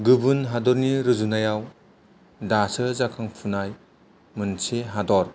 गुबुन हादरनि रुजुनायाव दासो जाखांफुनाय मोनसे हादर